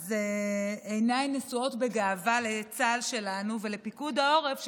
אז עיניי נשואות בגאווה לצה"ל שלנו ולפיקוד העורף,